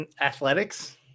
Athletics